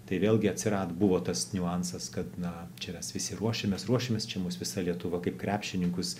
tai vėlgi atsirado buvo tas niuansas kad na čia mes visi ruošėmės ruošėmės čia mūsų visa lietuva kaip krepšininkus